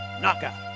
knockout